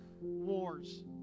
wars